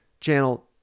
channel